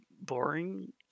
boring